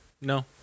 no